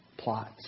plots